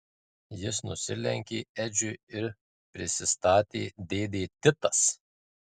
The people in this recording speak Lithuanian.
jis nusilenkė edžiui ir prisistatė dėdė titas